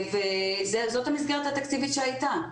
זאת המסגרת התקציבית שהייתה.